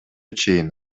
чейин